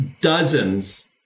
dozens